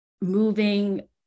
moving